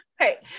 okay